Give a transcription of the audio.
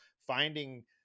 finding